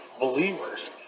believers